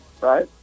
right